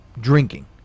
drinking